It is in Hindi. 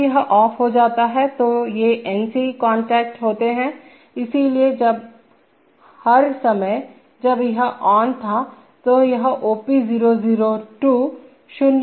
जब यह ऑफ हो जाता है तो ये NC कांटेक्ट होते हैं इसलिए जब हर समय जब यह ऑन था तो यह OP002 0 पर रहता हैं